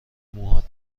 موهات